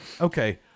okay